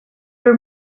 your